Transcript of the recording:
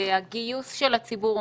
הגיוס של הציבור,